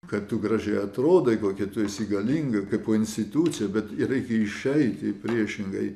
kad tu gražiai atrodai kokia tu esi galinga kaip po institucija bet reikia išeiti priešingai